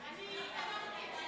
אני תרמתי את שלי.